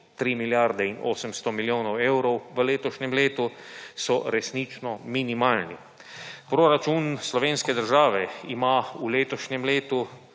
3 milijarde in 800 milijonov evrov v letošnjem letu, so resnično minimalni. Proračun slovenske države ima v letošnjem letu